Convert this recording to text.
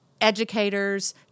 educators